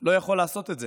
לא יכול לעשות את זה.